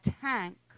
tank